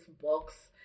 box